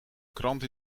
krant